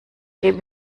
dem